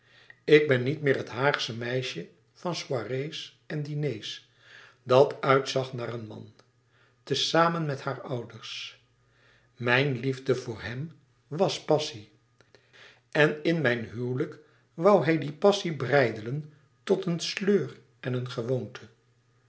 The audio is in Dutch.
ik ben niet meer het haagsche meisje van soirées en diners dat uitzag naar een man te zamen met haar ouders mijn liefde voor hèm was passie en in mijn huwelijk woû hij die passie breidelen tot een sleur en een gewoonte